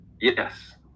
Yes